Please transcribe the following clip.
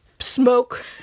smoke